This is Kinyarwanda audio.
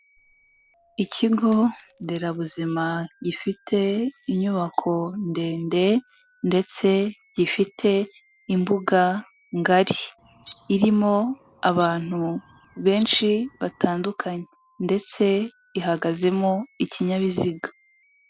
Ikigo nderabuzima gifite inyubako ndende ndetse gifite imbuga ngari, irimo abantu benshi batandukanye ndetse ihagazemo ikinyabiziga.